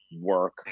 work